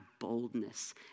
boldness